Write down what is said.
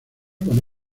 con